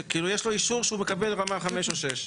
שיש לו אישור שהוא מקבל רמה חמש או שש.